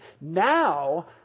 Now